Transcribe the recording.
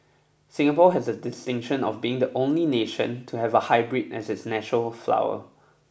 Singapore has the distinction of being the only nation to have a hybrid as its national flower